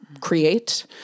create